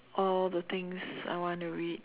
all the things I wanna read